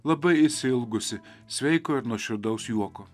labai išsiilgusi sveiko ir nuoširdaus juoko